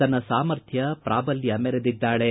ತನ್ನ ಸಾಮರ್ಥ್ಯ ಪೂಬಲ್ನ ಮೆರೆದಿದ್ದಾಳೆ